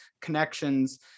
connections